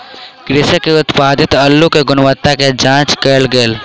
कृषक के उत्पादित अल्लु के गुणवत्ता के जांच कएल गेल